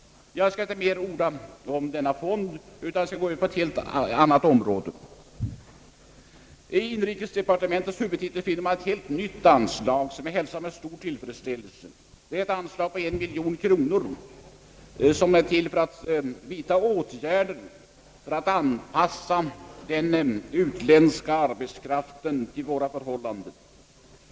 Jag skall inte ytterligare beröra frågan om denna fond utan skall nu gå över till ett helt annat område. Under inrikesdepartementets huvudtitel finner man ett helt nytt anslag, som jag hälsar med stor tillfredsställelse. Det gäller ett anslag på 1 miljon kronor för åtgärder i syfte att anpassa den utländska arbetskraften till våra förhållanden.